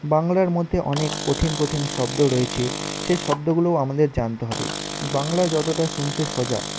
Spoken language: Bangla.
বাংলার মধ্যে অনেক কঠিন কঠিন শব্দ রয়েছে সে শব্দগুলোও আমাদের জানতে হবে বাংলা যতটা শুনতে সোজা